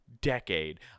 decade